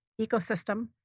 ecosystem